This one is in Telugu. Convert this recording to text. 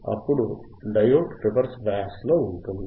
అప్పుడు డయోడ్ రివర్స్ బయాస్ లో ఉంటుంది